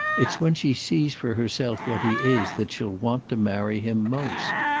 it's when she sees for herself what he is that she'll want to marry him most.